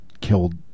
killed